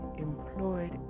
Employed